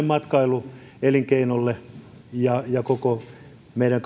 matkailuelinkeinolle ja sanotaan nyt koko meidän